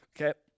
Okay